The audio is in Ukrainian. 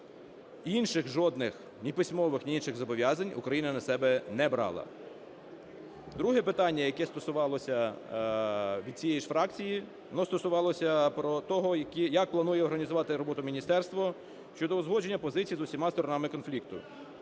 Інших жодних, ні письмових, ні інших зобов'язань Україна на себе не брала. Друге питання, яке стосувалося від цієї ж фракції, воно стосувалося того: "Як планує організувати роботу міністерство щодо узгодження позиції з усіма сторонами конфлікту,